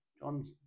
John's